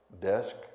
desk